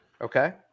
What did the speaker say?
okay